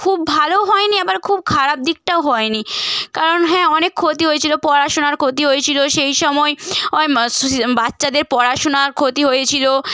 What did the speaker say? খুব ভালোও হয়নি আবার খুব খারাপ দিকটাও হয়নি কারণ হ্যাঁ অনেক ক্ষতি হয়েছিল পড়াশোনার ক্ষতি হয়েছিল সেই সময় বাচ্চাদের পড়াশোনার ক্ষতি হয়েছিল